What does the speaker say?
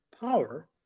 power